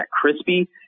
crispy